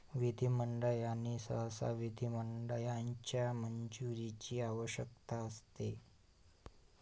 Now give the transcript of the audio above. विधिमंडळ आणि सहसा विधिमंडळाच्या मंजुरीची आवश्यकता असते